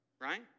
right